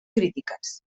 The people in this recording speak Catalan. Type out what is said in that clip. crítiques